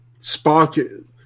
Spock